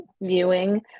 viewing